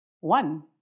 One